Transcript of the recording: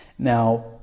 now